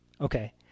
Okay